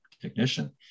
technician